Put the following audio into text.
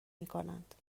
میکنند